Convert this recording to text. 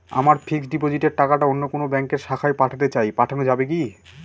আমার ফিক্সট ডিপোজিটের টাকাটা অন্য কোন ব্যঙ্কের শাখায় পাঠাতে চাই পাঠানো যাবে কি?